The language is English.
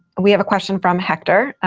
we have a question from hector.